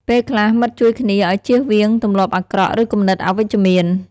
ពេលខ្លះ មិត្តជួយគ្នាឲ្យជៀសវាងទម្លាប់អាក្រក់ ឬគំនិតអវិជ្ជមាន។